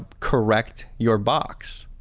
correct your box?